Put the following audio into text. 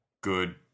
good